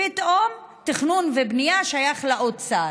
פתאום תכנון ובנייה שייך לאוצר,